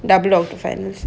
double octo finals